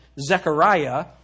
Zechariah